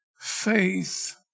faith